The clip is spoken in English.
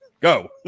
Go